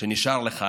שנשאר לך